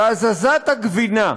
בהזזת הגבינה,